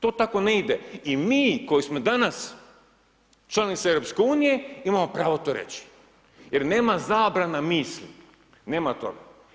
To tako ne ide i mi koji smo danas članica EU imamo pravo to reći jer nema zabrana misli, nema toga.